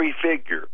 prefigure